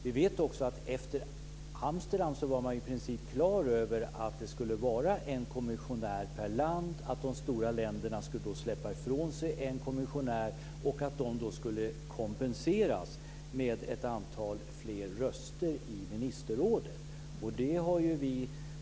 Vi vet också att efter Amsterdam var man i princip klar över att det skulle vara en kommissionär per land, att de stora länderna skulle släppa ifrån sig en kommissionär och att de skulle kompenseras med ett antal fler röster i ministerrådet.